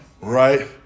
Right